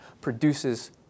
produces